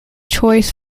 choice